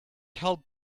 help